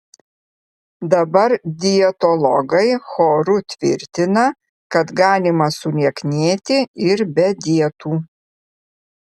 dabar dietologai choru tvirtina kad galima sulieknėti ir be dietų